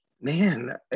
Man